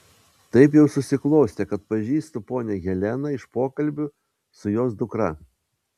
taip jau susiklostė kad pažįstu ponią heleną iš pokalbių su jos dukra